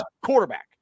quarterback